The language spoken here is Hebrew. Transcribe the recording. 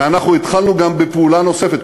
ואנחנו התחלנו גם בפעולה נוספת.